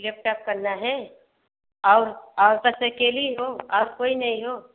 laptop करना है और और बस अकेली हो और कोई नहीं हो